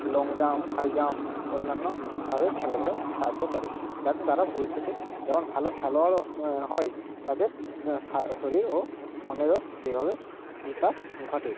long jump high jump অন্যান্যভাবে খেলাধুলা সাহায্য করে যাতে তারা ভবিষ্যতে যেমন ভালো খেলোয়াড়ও হয় তাদের শরীর ও মনেরও সেইভাবে বিকাশ ঘটে